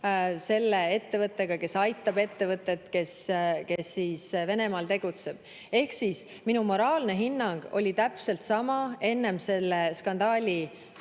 selle ettevõttega, kes aitab ettevõtet, kes Venemaal tegutseb. Minu moraalne hinnang oli täpselt sama enne selle skandaali